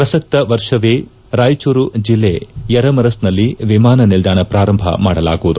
ಪ್ರಕ್ತಕ ವರ್ಷವೇ ರಾಯಜೂರು ಜಿಲ್ಲ ಯರಮರಸ್ನಲ್ಲಿ ವಿಮಾನ ನಿಲ್ಲಾಣ ಪ್ರಾರಂಭ ಮಾಡಲಾಗುವುದು